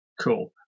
cool